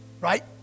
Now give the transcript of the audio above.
Right